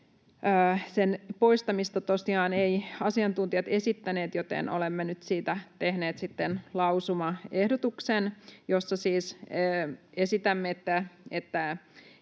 Sen poistamista tosiaan eivät asiantuntijat esittäneet, joten olemme nyt siitä tehneet sitten lausumaehdotuksen, jossa siis esitämme, että